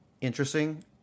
interesting